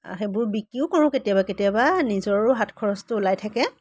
সেইবোৰ বিক্ৰীও কৰোঁ কেতিয়াবা কেতিয়াবা নিজৰো হাত খৰচটো ওলাই থাকে